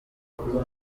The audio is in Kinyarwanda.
aba